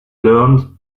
learned